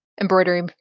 embroidery